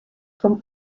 from